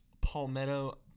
palmetto